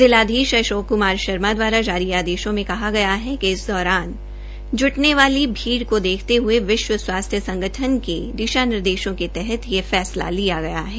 जिलाधीश अशोक क्मार शर्मा द्वारा जारी आदेशों में कहा गया है कि इस दौरान ज्टने वाली भीड़ को देखतें हये विश्व स्वास्थ्य संगठन के दिशा निर्देशों के तहत यह फैसला लिया गया है